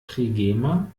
trigema